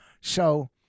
So-